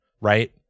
right